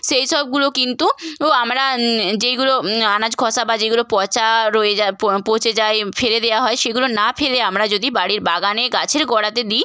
সেই সবগুলো কিন্তু উ আমরা যেইগুলো আনাজ খোসা বা যেইগুলো পচা রয়ে যা প পচে যায় ফেলে দেওয়া হয় সেগুলো না ফেলে আমরা যদি বাড়ির বাগানে গাছের গোড়াতে দিই